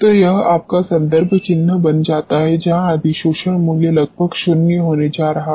तो यह आपका संदर्भ चिह्न बन जाता है जहां अधिशोषण मूल्य लगभग शून्य होने जा रहा है